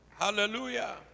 Hallelujah